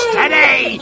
today